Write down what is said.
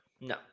No